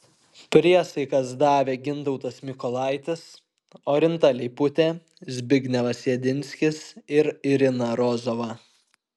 priesaikas davė gintautas mikolaitis orinta leiputė zbignevas jedinskis ir irina rozova